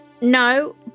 No